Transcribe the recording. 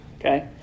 Okay